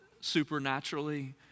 supernaturally